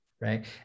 Right